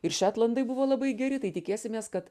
ir šetlandai buvo labai geri tai tikėsimės kad